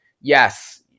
Yes